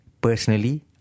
personally